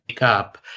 up